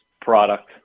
product